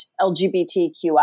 LGBTQI